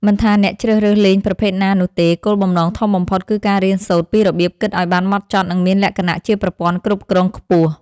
មិនថាអ្នកជ្រើសរើសលេងប្រភេទណានោះទេគោលបំណងធំបំផុតគឺការរៀនសូត្រពីរបៀបគិតឱ្យបានហ្មត់ចត់និងមានលក្ខណៈជាប្រព័ន្ធគ្រប់គ្រងខ្ពស់។